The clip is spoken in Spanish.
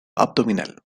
abdominal